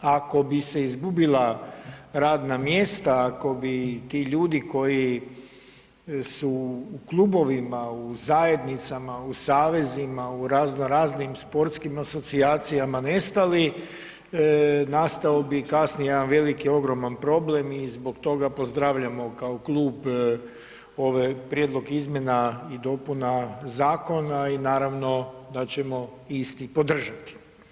Ako bi se izgubila radna mjesta, ako bi ti ljudi koji su u klubovima, u zajednicama, u savezima, u razno raznim sportskim asocijacijama nestali nastao bi kasnije jedan veliki, ogroman problem i zbog toga pozdravljamo kao klub ove prijedlog izmjena i dopuna zakona i naravno da ćemo isti podržati.